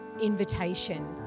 invitation